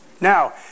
Now